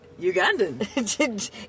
ugandan